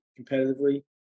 competitively